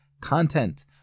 content